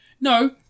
no